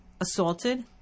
assaulted